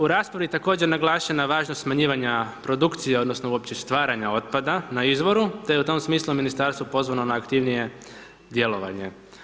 U raspravi također naglašena važnost smanjivanja produkcije odnosno uopće stvaranja otpada na izvoru, te je u tom smislu ministarstvo pozvano na aktivnije djelovanje.